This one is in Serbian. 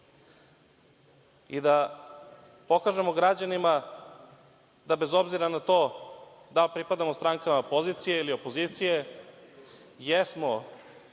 i da pokažemo građanima da bez obzira na to da li pripadamo strankama pozicije ili opozicije, jesmo